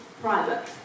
private